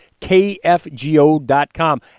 KFGO.com